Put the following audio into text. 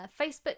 facebook